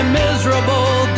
miserable